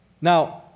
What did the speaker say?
Now